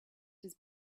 his